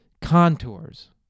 Contours